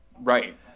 right